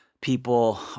people